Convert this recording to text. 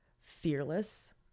fearless